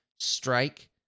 strike